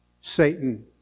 Satan